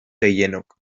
gehienok